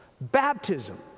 baptism